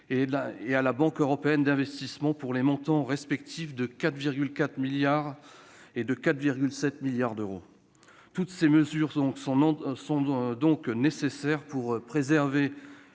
et à la Banque européenne d'investissement, pour des montants respectifs de 4,4 milliards et de 4,7 milliards d'euros. Toutes ces mesures sont nécessaires pour préserver